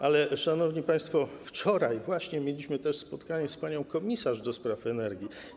Ale, szanowni państwo, wczoraj mieliśmy też spotkanie z panią komisarz do spraw energii.